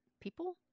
people